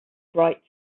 bright